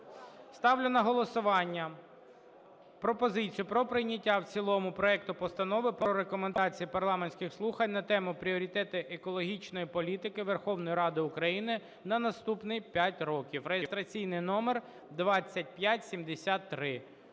Ставлю на голосування пропозицію про прийняття в цілому проекту Постанови про Рекомендації парламентських слухань на тему: "Пріоритети екологічної політики Верховної Ради України на наступні п'ять років" (реєстраційний номер 2573).